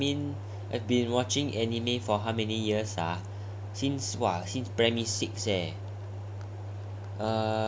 ya I mean I've been watching anime for how many years ah ya since I mean since primary six eh